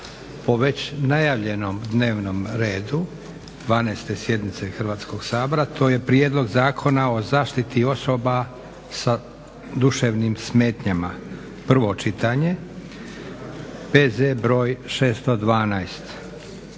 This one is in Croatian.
po već najavljenom dnevnom redu 12. sjednice Hrvatskog sabora. To je - Prijedlog zakona o zaštiti osoba sa duševnim smetnjama, prvo čitanje, P.Z. br. 612.